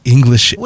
English